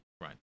Right